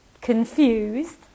confused